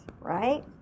right